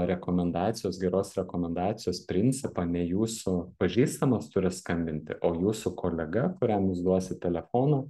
rekomendacijos geros rekomendacijos principą ne jūsų pažįstamas turi skambinti o jūsų kolega kuriam jūs duosit telefoną